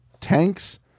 tanks